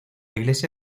iglesia